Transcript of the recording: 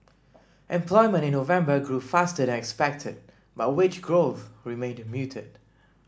employment in November grew faster than expected but wage growth remained muted